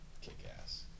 kick-ass